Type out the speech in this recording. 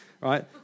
right